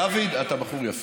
דוד, אתה בחור יפה.